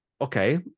Okay